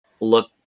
look